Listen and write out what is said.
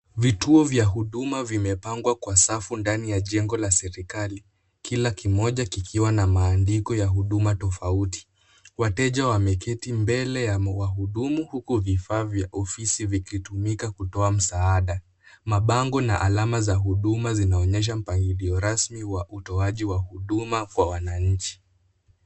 Vituo vya huduma vimepangwa kwa safu ndani ye jengo la serikali kila kimoja kikiwa na maandiko ya huduma tofauti. Wateja wameketi mbele ya wahudumu huku vifaa vya ofisi vikitumika kutoa msaada. Mabango na alama za huduma zinaonyesha mpangilio rasmi wa utoaji wa huduma kwa wananchi.